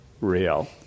real